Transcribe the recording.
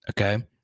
Okay